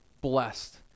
blessed